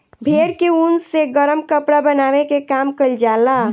भेड़ के ऊन से गरम कपड़ा बनावे के काम कईल जाला